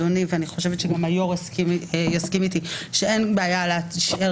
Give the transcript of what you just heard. אדוני ואני חושבת שגם היו"ר יסכים איתי שאין בעיה להשאיר